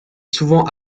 souvent